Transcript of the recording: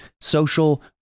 social